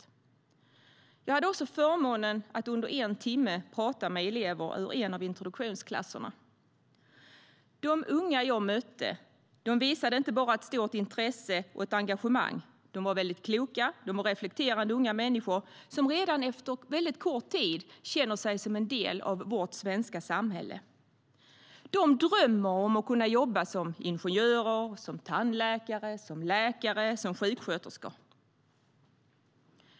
Jag hade också förmånen att under en timme prata med elever ur en av introduktionsklasserna. De unga jag mötte visade inte bara stort intresse och engagemang utan var också kloka, reflekterande unga människor som redan efter väldigt kort tid känner sig som en del av vårt svenska samhälle. De drömmer om att kunna jobba som ingenjörer, tandläkare, läkare och sjuksköterskor.